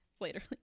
later